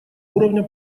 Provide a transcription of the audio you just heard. уровня